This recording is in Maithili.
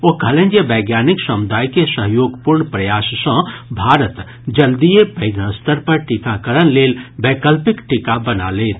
ओ कहलनि जे वैज्ञानिक समुदाय के सहयोगपूर्ण प्रयास सँ भारत जल्दीए पैघ स्तर पर टीकाकरण लेल वैकल्पिक टीका बना लेत